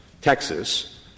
Texas